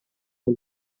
ans